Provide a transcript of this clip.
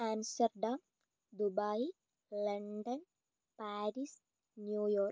Aster dam Dubai London Paris New York